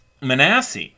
Manasseh